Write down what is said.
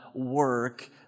work